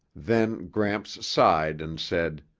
then gramps sighed and said,